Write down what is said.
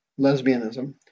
lesbianism